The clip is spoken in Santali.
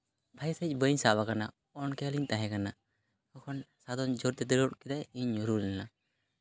ᱵᱷᱟᱜᱮ ᱥᱟᱹᱦᱤᱡ ᱵᱟᱹᱧ ᱥᱟᱵ ᱠᱟᱱᱟ ᱚᱠᱷᱮᱭᱟᱞ ᱤᱧ ᱛᱟᱦᱮᱸ ᱠᱟᱱᱟ ᱛᱚᱠᱷᱚᱱ ᱥᱟᱫᱚᱢ ᱡᱳᱨᱛᱮ ᱫᱟᱹᱲ ᱜᱚᱫ ᱠᱮᱫᱟᱭ ᱤᱧ ᱧᱩᱨᱦᱩ ᱞᱮᱱᱟ